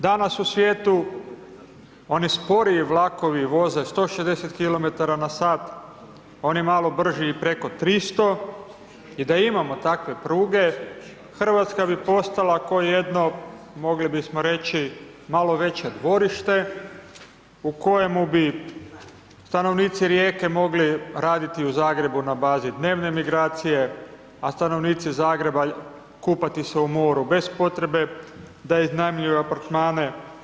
Danas u svijetu oni sporiji vlakovi voze 160 km na sat, oni malo brži i preko 300 i da imamo takve pruge, RH bi postala ko jedno, mogli bismo reći, malo veće dvorište u kojemu bi stanovnici Rijeke mogli raditi u Zagrebu na bazi dnevne migracije, a stanovnici Zagreba kupati se u moru bez potrebe da iznajmljuju apartmane.